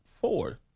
four